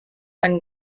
and